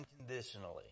unconditionally